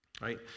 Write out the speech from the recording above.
right